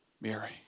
Mary